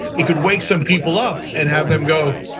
it could wake some people up and have them go,